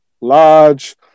large